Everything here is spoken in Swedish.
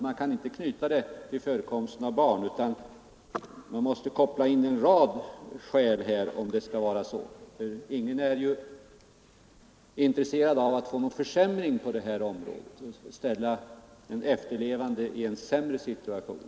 Man kan inte bara knyta frågan till förekomsten av barn, utan man måste koppla in en rad olika faktorer. Ingen är ju intresserad av att åstadkomma en försämring på området och ställa de efterlevande i en sämre situation.